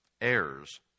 heirs